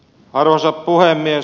arvoisa puhemies